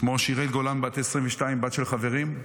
כמו שיראל גולן בת 22, בת של חברים,